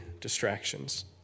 distractions